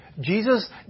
Jesus